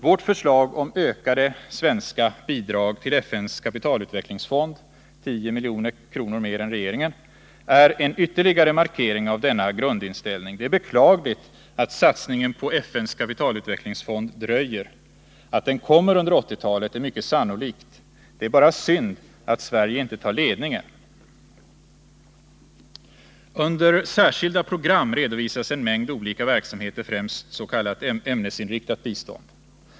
Vårt förslag om ökade svenska bidrag till FN:s kapitalutvecklingsfond— 10 milj.kr. mer än regeringen — är en ytterligare markering av denna grundinställning. Det är beklagligt att satsningen på FN:s kapitalutvecklingsfond dröjer. Att den kommer under 1980-talet är mycket sannolikt. Det är bara synd att Sverige inte tar ledningen. Under punkten Särskilda program redovisas en mängd olika verksamheter, främst s.k. ämnesinriktat bistånd.